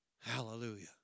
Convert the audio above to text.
Hallelujah